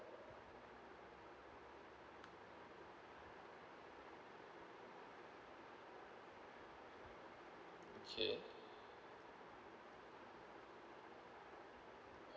okay